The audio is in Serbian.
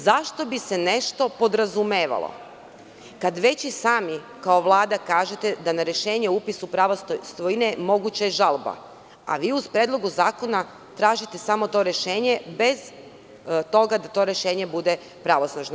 Zašto bi se nešto podrazumevalo, kad već i sami kao Vlada kažete da je na rešenje o upisu prava svojine moguća žalba, a vi u Predlogu zakona tražite samo to rešenje bez toga da to rešenje bude pravosnažno.